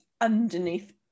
underneath